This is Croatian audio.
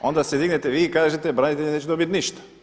Onda se dignete vi i kažete branitelji neće dobiti ništa.